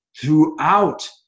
throughout